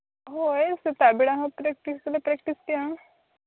ᱦᱳᱭ ᱥᱮᱛᱟᱜ ᱵᱮᱲᱟ ᱦᱚᱸ ᱯᱨᱮᱠᱴᱤᱥ ᱫᱚᱞᱮ ᱯᱨᱮᱠᱴᱤᱥ ᱜᱮᱭᱟ